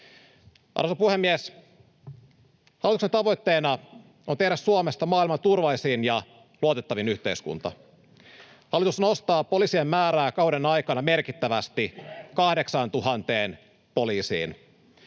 Arvoisa puhemies! Hallituksen tavoitteena on tehdä Suomesta maailman turvallisin ja luotettavin yhteiskunta. Hallitus nostaa poliisien määrää kauden aikana merkittävästi, 8 000 poliisiin.